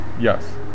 Yes